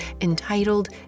entitled